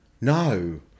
No